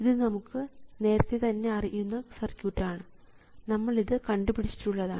ഇത് നമുക്ക് നേരത്തെ തന്നെ അറിയുന്ന സർക്യൂട്ടാണ് നമ്മൾ ഇത് കണ്ടുപിടിച്ചിട്ടുള്ളതാണ്